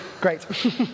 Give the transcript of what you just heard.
great